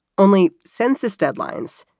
only census deadlines,